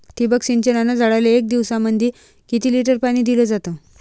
ठिबक सिंचनानं झाडाले एक दिवसामंदी किती लिटर पाणी दिलं जातं?